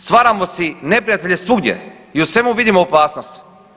Stvaramo si neprijatelje svugdje i u svemu vidimo opasnost.